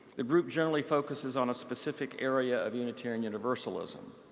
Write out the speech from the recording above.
the group generally focuses on a specific area of unitarian universalism.